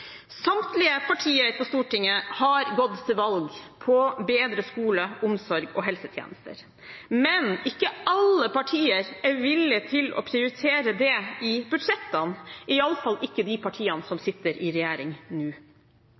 Samtlige partier på Stortinget har gått til valg på bedre skole, omsorg og helsetjenester. Men ikke alle partier er villig til å prioritere det i budsjettene, i alle fall ikke de partiene som sitter i regjering nå.